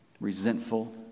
resentful